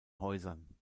häusern